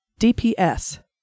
DPS